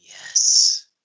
Yes